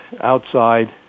outside